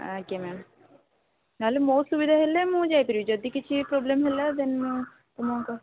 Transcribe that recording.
ଆଜ୍ଞା ମ୍ୟାମ୍ ନହେଲେ ମୋ ସୁବିଧା ହେଲେ ମୁଁ ଯାଇ ପାରିବି ଯଦିକିଛି ପ୍ରୋବ୍ଲେମ୍ ହେଲା ଦେନ୍ ମୁଁ ତୁମକୁ